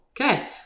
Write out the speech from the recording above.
Okay